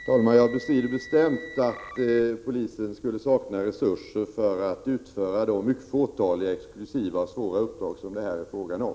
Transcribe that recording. Herr talman! Jag bestrider bestämt att polisen skulle sakna resurser för att utföra de mycket fåtaliga exklusiva och svåra uppdrag som det här är fråga om.